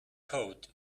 code